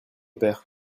père